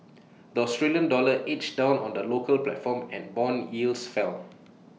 the Australian dollar edged down on the local platform and Bond yields fell